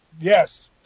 Yes